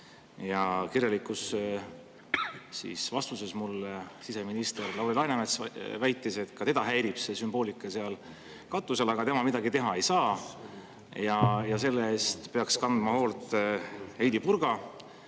Ja kirjalikus vastuses mulle siseminister Lauri Läänemets väitis, et ka teda häirib see sümboolika seal katusel, aga tema midagi teha ei saa ja selle eest peaks kandma hoolt Heidy Purga